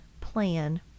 plan